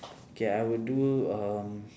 okay I would do um